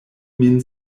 min